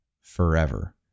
forever